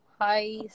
hi